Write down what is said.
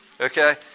Okay